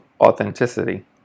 authenticity